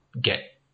get